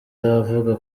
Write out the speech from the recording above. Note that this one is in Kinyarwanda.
iravuga